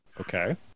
okay